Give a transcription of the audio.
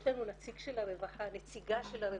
יש לנו נציגה של הרווחה.